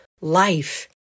life